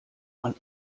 man